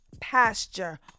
pasture